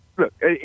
Look